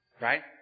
Right